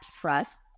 trust